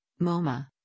MoMA